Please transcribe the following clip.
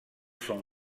son